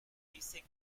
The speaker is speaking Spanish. dice